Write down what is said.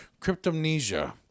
cryptomnesia